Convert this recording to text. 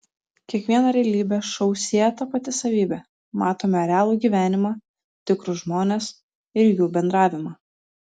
kiekvieną realybės šou sieja ta pati savybė matome realų gyvenimą tikrus žmones ir jų bendravimą